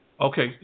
Okay